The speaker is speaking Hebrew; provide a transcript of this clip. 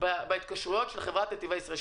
בדרכי התקשרויות של חברת נתיבי ישראל.